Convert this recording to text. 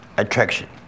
attraction